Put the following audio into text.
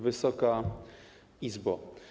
Wysoka Izbo!